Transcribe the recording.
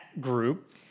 group